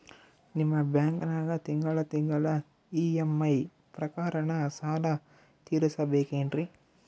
ನಿಮ್ಮ ಬ್ಯಾಂಕನಾಗ ತಿಂಗಳ ತಿಂಗಳ ಇ.ಎಂ.ಐ ಪ್ರಕಾರನ ಸಾಲ ತೀರಿಸಬೇಕೆನ್ರೀ?